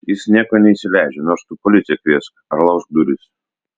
jis nieko neįsileidžia nors tu policiją kviesk ar laužk duris